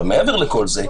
מעבר לכל זה,